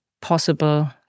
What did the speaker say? possible